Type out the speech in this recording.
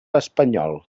espanyol